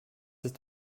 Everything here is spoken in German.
ist